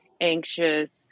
anxious